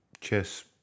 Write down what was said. chess